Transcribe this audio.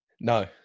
no